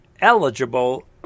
eligible